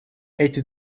эти